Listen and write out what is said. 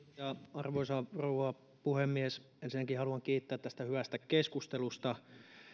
arvoisa rouva puhemies ensinnäkin haluan kiittää tästä hyvästä keskustelusta